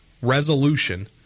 resolution